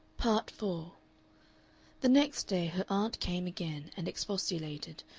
part four the next day her aunt came again and expostulated,